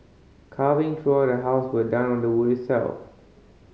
carving throughout the house were done on the wood itself